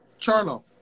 Charlo